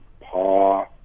Paw